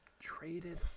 Traded